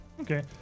Okay